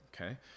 okay